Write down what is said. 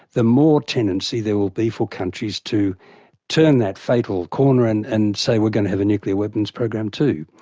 the more tendency there will be for countries to turn that fatal corner and and say we're going to have a nuclear weapons program, too.